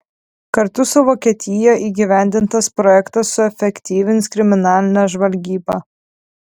kartu su vokietija įgyvendintas projektas suefektyvins kriminalinę žvalgybą